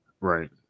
Right